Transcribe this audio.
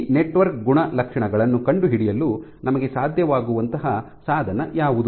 ಈ ನೆಟ್ವರ್ಕ್ ಗುಣಲಕ್ಷಣಗಳನ್ನು ಕಂಡುಹಿಡಿಯಲು ನಮಗೆ ಸಾಧ್ಯವಾಗುವಂತಹ ಸಾಧನ ಯಾವುದು